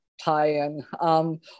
tie-in